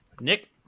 Nick